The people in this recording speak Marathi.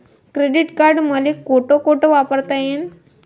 क्रेडिट कार्ड मले कोठ कोठ वापरता येईन?